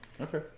Okay